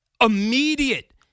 Immediate